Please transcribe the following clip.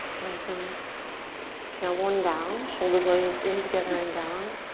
lengthen tailbone down. shoulder blades in together and down.